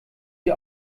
sie